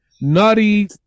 nutty